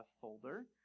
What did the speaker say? folder